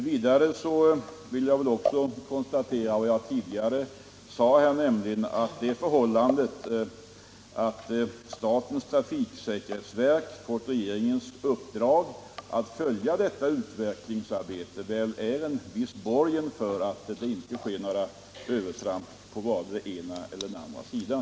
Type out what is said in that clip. Allra sist vill jag upprepa vad jag tidigare sade, nämligen att det förhållandet att statens trafiksäkerhetsverk fått regeringens uppdrag att följa detta utvecklingsarbete väl är en borgen för att här inte sker några övertramp på vare sig den ena eller den andra sidan.